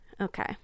Okay